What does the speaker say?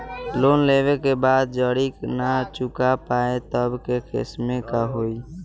Loan लेवे के बाद जड़ी ना चुका पाएं तब के केसमे का होई?